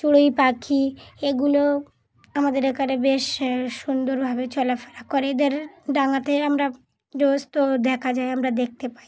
চড়ুই পাখি এগুলো আমাদের এখানে বেশ সুন্দরভাবে চলাফেরা করে এদের ডাঙাতে আমরা রোজ তো দেখা যায় আমরা দেখতে পাই